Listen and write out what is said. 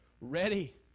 ready